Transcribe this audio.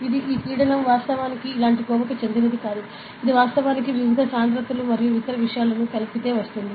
ఇది ఈ పీడనం వాస్తవానికి ఇలాంటి కోవ కి చెందినది కాదు ఇది వాస్తవానికి వివిధ సాంద్రతలు మరియు ఇతర విషయాల కలిపితె వస్తుంది